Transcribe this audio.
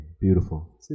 beautiful